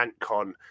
AntCon